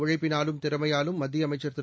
உழைப்பினாலும் கடனமான திறமையாலும் மத்திய அமைச்சா் திரு